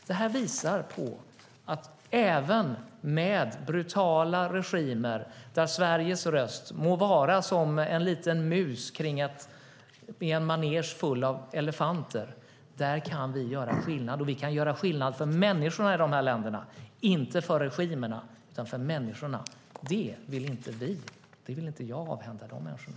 Detta visar på att vi kan göra skillnad även mot brutala regimer, där Sveriges röst må vara som en liten mus i en manege full av elefanter. Vi kan göra skillnad för människorna i dessa länder, inte för regimerna. Det vill inte jag avhända de människorna.